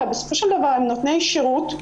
בסופו של דבר הם נותני שירות,